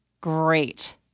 Great